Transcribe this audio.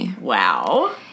Wow